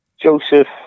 Joseph